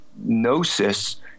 gnosis